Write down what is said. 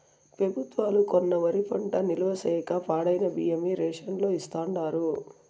పెబుత్వాలు కొన్న వరి పంట నిల్వ చేయక పాడైన బియ్యమే రేషన్ లో ఇస్తాండారు